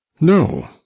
No